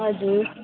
हजुर